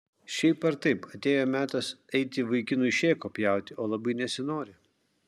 šiaip ar taip atėjo metas eiti vaikinui šėko pjauti o labai nesinori